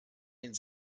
den